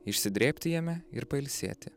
išsidrėbti jame ir pailsėti